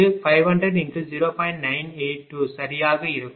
982 சரியாக இருக்கும்